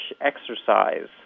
exercise